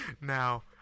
Now